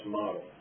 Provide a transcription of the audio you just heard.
model